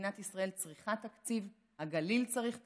מדינת ישראל צריכה תקציב, הגליל צריך תקציב,